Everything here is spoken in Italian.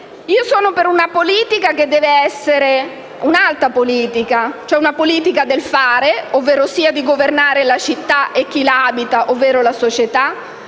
Io sono per una politica che deve essere alta, cioè una politica del fare, ovvero di governare la città e chi la abita (cioè la società)